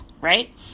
right